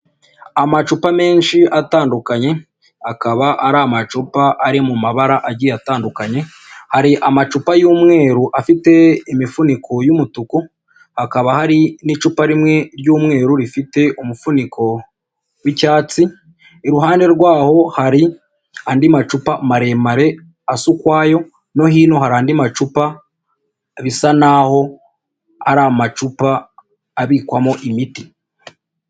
Amacupa menshi atandukanye akaba ari amacupa ari mu mabara agiye atandukanye hari amacupa y'umweru afite imifuniko y'umutuku, hakaba hari n'icupa rimwe ry'umweru rifite umufuniko w'icyatsi iruhande rwaho hari andi macupa maremare asa ukwayo no hino hari andi macupa bisa naho ari amacupa abikwamo imiti.